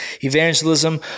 evangelism